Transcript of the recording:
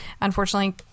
unfortunately